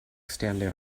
standing